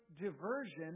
diversion